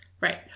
Right